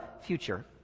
future